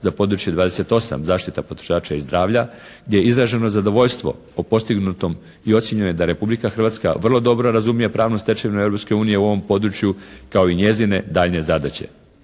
za područje 28 zaštita potrošača i zdravlja gdje je izraženo zadovoljstvo o postignutom i ocijenjeno je da Republika Hrvatska vrlo dobro razumije pravnu stečevinu Europske unije u ovom području kao i njezine daljnje zadaće.